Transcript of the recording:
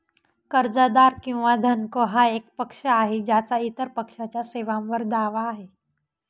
कर्जदार किंवा धनको हा एक पक्ष आहे ज्याचा इतर पक्षाच्या सेवांवर दावा आहे